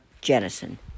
Jennison